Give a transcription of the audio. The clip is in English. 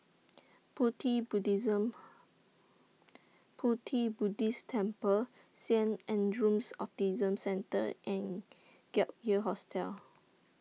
Pu Ti Buddhist Temple Saint Andrew's Autism Centre and Gap Year Hostel